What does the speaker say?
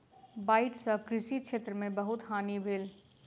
बाइढ़ सॅ कृषि क्षेत्र में बहुत हानि भेल